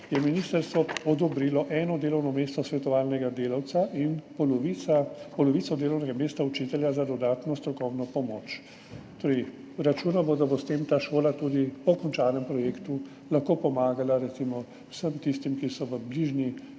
je ministrstvo odobrilo eno delovno mesto svetovalnega delavca in polovico delovnega mesta učitelja za dodatno strokovno pomoč. Računamo torej, da bo s tem ta šola tudi po končanem projektu lahko pomagala recimo vsem tistim, ki so v bližnji